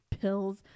pills